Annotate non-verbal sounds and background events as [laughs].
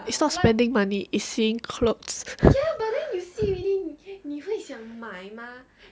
it's not spending money it's seeing clothes [laughs]